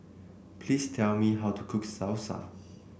please tell me how to cook Salsa